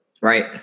Right